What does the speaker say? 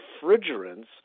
refrigerants